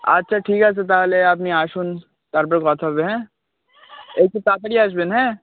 আচ্ছা ঠিক আছে তাহলে আপনি আসুন তার পরে কথা হবে হ্যাঁ একটু তাড়াতাড়ি আসবেন হ্যাঁ